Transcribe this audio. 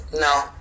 no